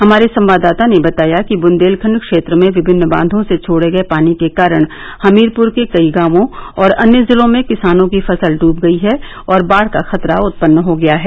हमारे संवाददाता ने बताया बुंदेलखंड क्षेत्र में विभिन्न बांधों से छोडे गए पानी के कारण हमीरपुर के कई गांवों और अन्य जिलों में किसानों की फसल डूब गयी है और बाढ़ का खतरा उत्पन्न हो गया है